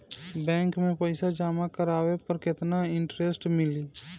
Bank में पईसा जमा करवाये पर केतना इन्टरेस्ट मिली?